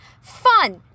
Fun